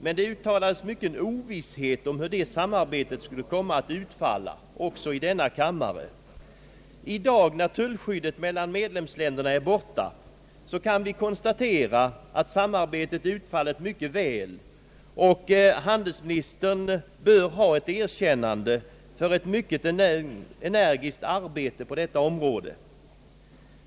Men det uttalades mycken ovisshet om hur det samarbetet skulle komma att utfalla — också i denna kammare. I dag när tullskyddet mellan medlemsländerna är borta, kan vi konstatera att samarbetet utfallit mycket väl, och handelsministern bör ha ett erkännande för ett mycket energiskt arbete på detta område.